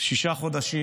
שישה חודשים